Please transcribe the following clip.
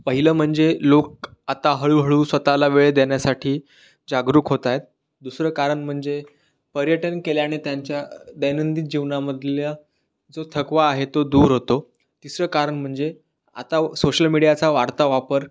पहिलं म्हणजे लोक आता हळूहळू स्वत ला वेळ देण्यासाठी जागरूक होत आहेत दुसरं कारण म्हणजे पर्यटन केल्याने त्यांच्या दैनंदिन जीवनामधल्या जो थकवा आहे तो दूर होतो तिसरं कारण म्हणजे आता सोशल मिडीयाचा वाढता वापर